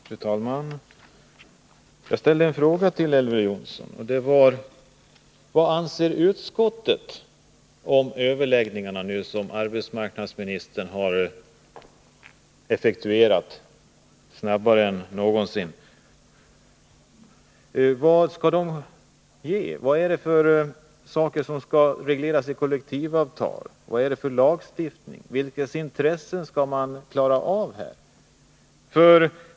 Fru talman! Jag ställde en fråga till Elver Jonsson. Den löd: Vad anser utskottet om de överläggningar som arbetsmarknadsministern har effektuerat, snabbare än någonsin? Vad skall de ge? Vad är det för saker som skall regleras i kollektivavtal? Vilken lagstiftning handlar det om? Vems intressen skall man tillgodose här?